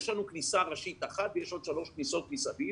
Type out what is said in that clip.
יש לנו כניסה ראשית אחת ויש עוד שלוש כניסות מסביב.